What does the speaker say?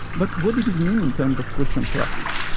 but, what did it mean in terms of christian practice?